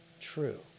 true